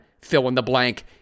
fill-in-the-blank